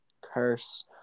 curse